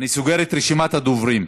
אני סוגר את רשימת הדוברים.